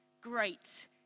great